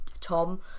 Tom